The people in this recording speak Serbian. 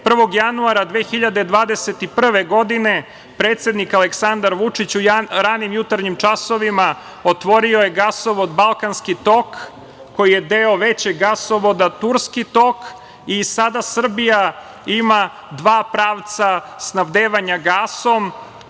1. januara 2021. godine u ranim jutarnjim časovima otvorio je gasovod Balkanski tok, koji je deo većeg gasovoda Turski tok i sada Srbija ima dva pravca snabdevanja